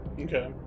Okay